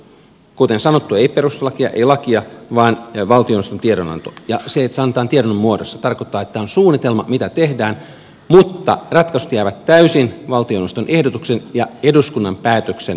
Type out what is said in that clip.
kuten sanottu ei perustuslakia ei lakia vaan valtioneuvoston tiedonanto ja se että se annetaan tiedonannon muodossa tarkoittaa että on suunnitelma mitä tehdään mutta ratkaisut jäävät täysin valtioneuvoston ehdotuksen ja eduskunnan päätöksen varaan